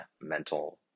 mental